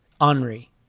Henri